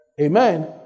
Amen